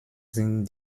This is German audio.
sind